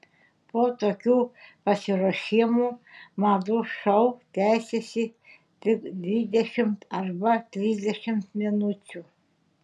po tokių pasiruošimų madų šou tęsiasi tik dvidešimt arba trisdešimt minučių